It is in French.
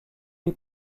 lui